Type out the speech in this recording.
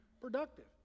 productive